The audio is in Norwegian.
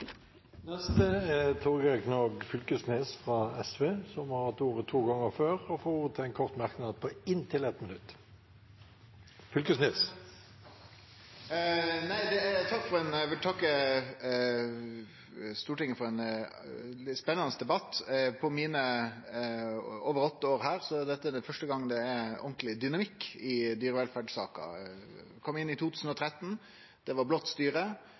har hatt ordet to ganger før og får ordet til en kort merknad, begrenset til 1 minutt. Eg vil takke Stortinget for ein spennande debatt. På mine over åtte år her er dette første gong det er ordentleg dynamikk i dyrevelferdssaka. Eg kom inn i 2013. Det var blått styre.